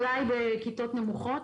אולי בכיתות נמוכות.